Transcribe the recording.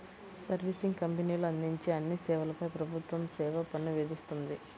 servicing కంపెనీలు అందించే అన్ని సేవలపై ప్రభుత్వం సేవా పన్ను విధిస్తుంది